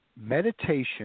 meditation